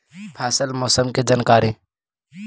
फसल मौसम के जानकारी?